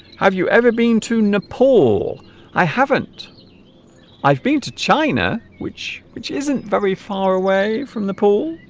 have you ever been to nepal i haven't i've been to china which which isn't very far away from the pool